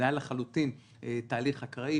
זה היה לחלוטין תהליך אקראי,